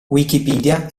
wikipedia